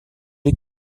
les